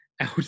out